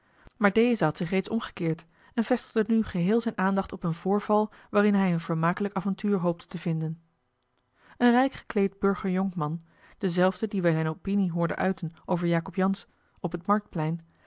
maar deze had zich reeds omgekeerd en vestigde nu geheel zijne aandacht op een voorval waarin hij een vermakelijk avontuur hoopte te vinden een rijk gekleede burger jonkman dezelfde die wij zijne opinie hoorden uiten over jacob jansz op het marktplein